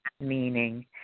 meaning